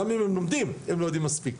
גם אם הם לומדים הם לא יודעים מספיק,